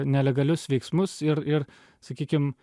nelegalius veiksmus ir ir sakykim